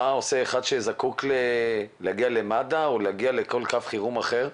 מה עושה מישהו שזקוק למד"א או לקו חירום אחר?